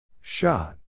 Shot